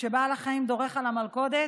כשבעל החיים דורך על המלכודת,